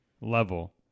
level